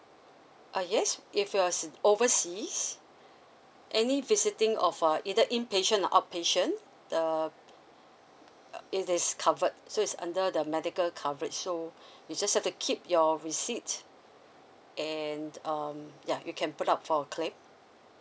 ah yes if you're s~ overseas any visiting of uh either inpatient or outpatient uh uh it is covered so it's under the medical coverage so you just have to keep your receipt and um ya you can put up for claim